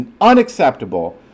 unacceptable